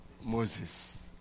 Moses